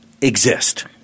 exist